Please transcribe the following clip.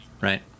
right